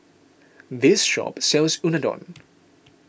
this shop sells Unadon